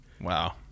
Wow